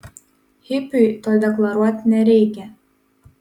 hipiui to deklaruot nereikia